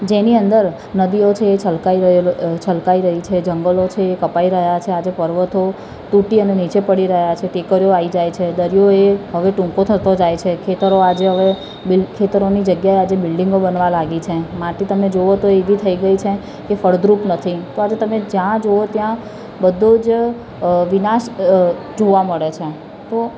જેની અંદર નદીઓ છે છલકાઈ રહ્યો છલકાઇ રહી છે જંગલો છે એ કપાઈ રહ્યાં છે આજે પર્વતો તૂટી અને નીચે પડી રહ્યા છે ટેકરીઓ આવી જાય છે દરિયો એ હવે ટૂંકો થતો જાય છે ખેતરો આજે હવે બિન ખેતરોની જગ્યાએ આજે બિલ્ડિંગો બનવા લાગી છે માટી તમે જુઓ તો એવી થઇ ગઈ છે કે ફળદ્રુપ નથી તો આજે તમે જ્યાં જુઓ ત્યાં બધો જ અ વિનાશ અ જોવા મળે છે તો